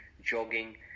jogging